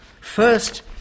first